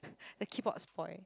the keyboard spoiled